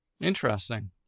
Interesting